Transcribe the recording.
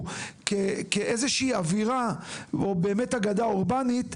כאיזושהי אווירה או באמת אגדה אורבנית,